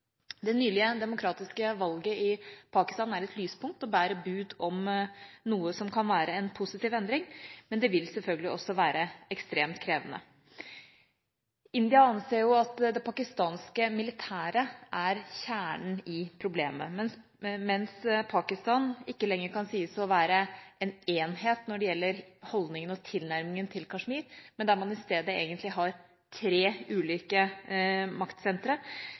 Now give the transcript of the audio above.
Det nylige demokratiske valget i Pakistan er et lyspunkt og bærer bud om noe som kan være en positiv endring, men det vil selvfølgelig også være ekstremt krevende. India anser at det pakistanske militæret er kjernen i problemet, mens Pakistan ikke lenger kan sies å være en enhet når det gjelder holdningen og tilnærmingen til Kashmir, man har i stedet egentlig tre ulike maktsentre;